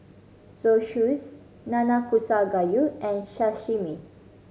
Zosui Nanakusa Gayu and Sashimi